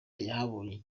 yahabonye